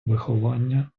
виховання